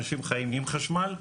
אנשים חיים עם חשמל,